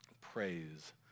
praise